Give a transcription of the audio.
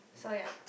so ya